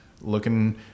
looking